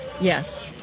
Yes